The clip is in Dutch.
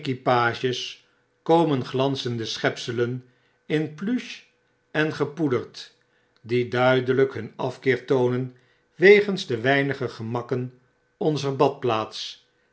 equipages komen glanzende schepselen in pluche en gepoederd die duidelp hun afkeer toonen wegens de weinige gemakken onzer badplaats